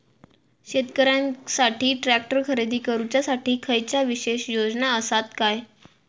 शेतकऱ्यांकसाठी ट्रॅक्टर खरेदी करुच्या साठी खयच्या विशेष योजना असात काय?